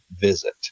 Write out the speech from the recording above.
visit